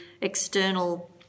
external